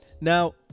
Now